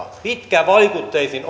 osa pitkävaikutteisin